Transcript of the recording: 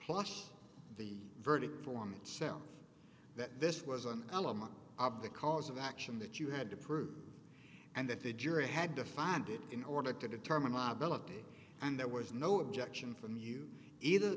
plus the verdict form itself that this was an element object cause of action that you had to prove and that the jury had to find it in order to determine ma bell ok and there was no objection from you either